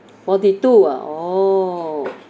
forty two ah oh